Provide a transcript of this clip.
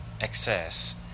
excess